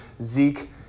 Zeke